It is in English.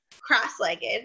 cross-legged